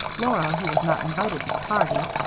laura, who was not invited to the party,